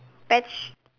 pet sh~